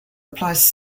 applies